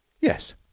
Yes